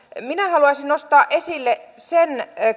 minä haluaisin nostaa esille sen